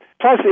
Plus